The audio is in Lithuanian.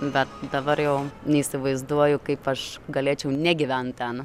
be dabar jau neįsivaizduoju kaip aš galėčiau negyvent ten